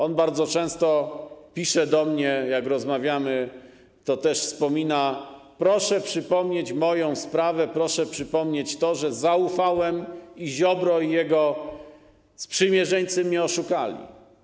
On bardzo często pisze do mnie, jak rozmawiamy, to też wspomina: proszę przypomnieć moją sprawę, proszę przypomnieć, że zaufałem i Ziobro i jego sprzymierzeńcy mnie oszukali.